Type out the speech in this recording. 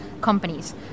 companies